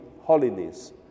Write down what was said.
holiness